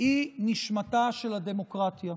היא נשמתה של הדמוקרטיה,